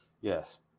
Yes